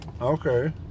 Okay